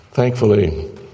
Thankfully